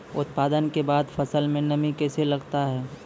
उत्पादन के बाद फसल मे नमी कैसे लगता हैं?